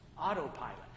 Autopilot